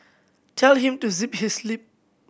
tell him to zip his lip